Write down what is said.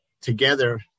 Together